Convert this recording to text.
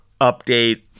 update